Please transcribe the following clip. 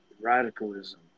radicalism